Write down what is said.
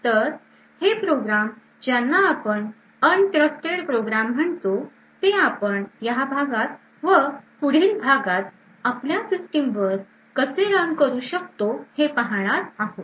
तर हे प्रोग्राम ज्यांना आपण अविश्वासू प्रोग्राम म्हणतो ते आपण या भागात व पुढील भागात आपल्या सिस्टीम वर कसे रन करू शकतो हे पाहणार आहोत